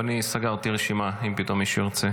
חבר הכנסת ניסים ואטורי - אינו נוכח,